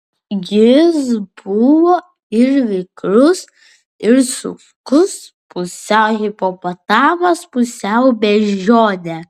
jis buvo ir vikrus ir sunkus pusiau hipopotamas pusiau beždžionė